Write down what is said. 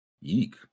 Yeek